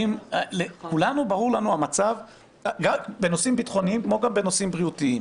לכולנו ברור המצב בנושאים ביטחוניים כמו גם בנושאים בריאותיים.